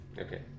Okay